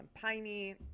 piney